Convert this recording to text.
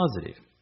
positive